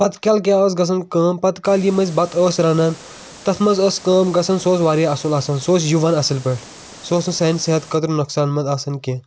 پَتھ کالہِ کیٚاہ اوس گژھان کٲم پَتھ کالہِ یِم أسۍ بَتہٕ ٲس رَنان تَتھ منٛز ٲس کٲم گژھان سُہ اوس واریاہ اَصٕل آسان سُہ اوس یِوان اَصٕل پٲٹھۍ سُہ اوس نہٕ سانہِ صحتہٕ خٲطرٕ نۄقصان منٛد آسان کیٚنٛہہ